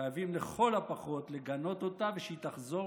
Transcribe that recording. חייבים לכל הפחות לגנות אותה ושהיא תחזור